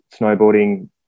snowboarding